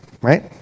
right